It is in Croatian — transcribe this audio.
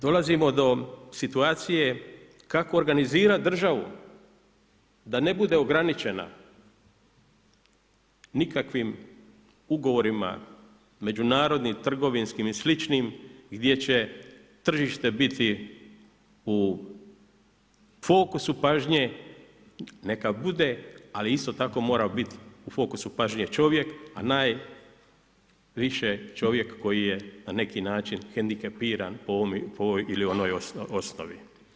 Dolazimo do situacije kako organizirati državu da ne bude ograničena nikakvim ugovorima, međunarodnim, trgovinskim i sličnim gdje će tržište biti u fokusu pažnje, neka bude, ali isto tako mora biti u fokusu pažnje čovjek, a najviše čovjek koji je na neki način hendikepiran po ovoj ili onoj osnovi.